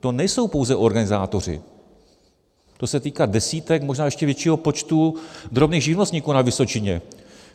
To nejsou pouze organizátoři, to se týká desítek, možná ještě většího počtu, drobných živnostníků na Vysočině,